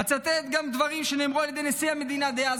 אצטט גם דברים שנאמרו על ידי נשיא המדינה דאז,